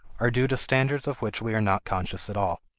are due to standards of which we are not conscious at all.